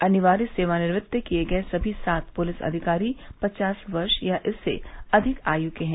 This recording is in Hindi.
अनिवार्य सेवानिवृत्त किए गए सभी सात पुलिस अधिकारी पचास वर्ष या इससे अधिक आयु के हैं